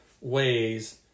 ways